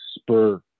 spur